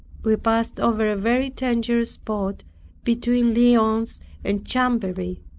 we passed over a very dangerous spot between lyons and chamberry.